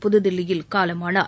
புகுதில்லியில் காலமானார்